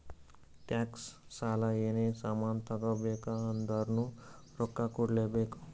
tax, ಸಾಲ, ಏನೇ ಸಾಮಾನ್ ತಗೋಬೇಕ ಅಂದುರ್ನು ರೊಕ್ಕಾ ಕೂಡ್ಲೇ ಬೇಕ್